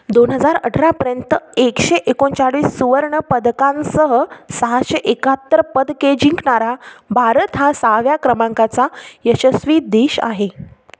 दोन हजार अठरापर्यंत एकशे एकोणचाळीस सुवर्ण पदकांसह सहाशे एकाहत्तर पदके जिंकणारा भारत हा सहाव्या क्रमांकाचा यशस्वी देश आहे